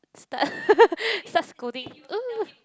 start start scolding